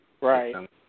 Right